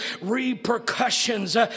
repercussions